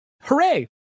hooray